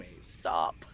stop